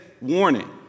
warning